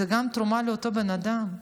זה גם תרומה לאותו בן אדם,